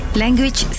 language